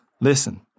Listen